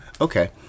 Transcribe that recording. Okay